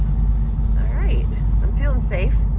right. i'm feeling safe.